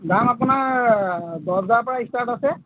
দাম আপোনাৰ দচ হাজাৰৰ পৰা ষ্টাৰ্ট আছে